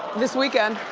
this weekend.